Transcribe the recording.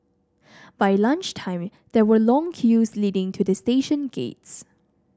by lunch time there were long queues leading to the station gates